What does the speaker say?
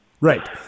Right